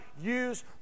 use